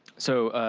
so,